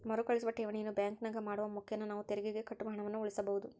ಮರುಕಳಿಸುವ ಠೇವಣಿಯನ್ನು ಬ್ಯಾಂಕಿನಾಗ ಮಾಡುವ ಮುಖೇನ ನಾವು ತೆರಿಗೆಗೆ ಕಟ್ಟುವ ಹಣವನ್ನು ಉಳಿಸಬಹುದು